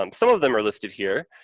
um some of them are listed here.